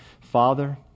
Father